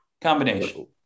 combination